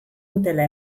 dutela